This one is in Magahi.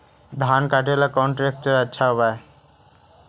धान कटे ला कौन ट्रैक्टर अच्छा होबा है?